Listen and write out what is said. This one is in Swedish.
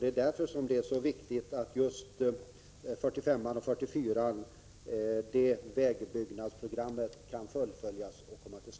Vägbyggnadsprogrammet för riksvägarna 44 och 45 måste alltså komma till stånd och fullföljas.